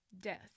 death